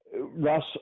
Russ